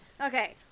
Okay